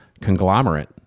conglomerate